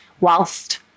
Whilst